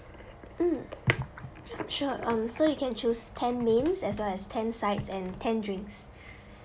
mm sure um so you can choose ten mains as long as ten sides and ten drinks